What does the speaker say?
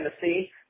Tennessee